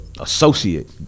Associate